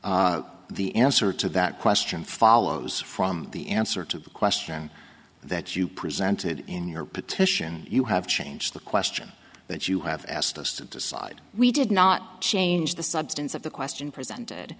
the answer to that question follows from the answer to the question that you presented in your petition you have changed the question that you have asked us to decide we did not change the substance of the question presented